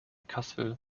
kassel